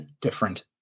different